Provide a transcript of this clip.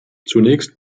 zunächst